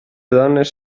dones